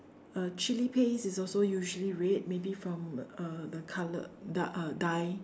uh chili paste is also usually red maybe from uh the colour the uh dye